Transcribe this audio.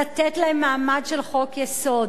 לתת להן מעמד של חוק-יסוד.